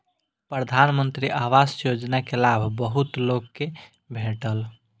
प्रधानमंत्री आवास योजना के लाभ बहुत लोक के भेटल